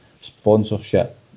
sponsorship